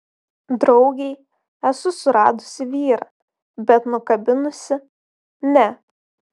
draugei esu suradusi vyrą bet nukabinusi ne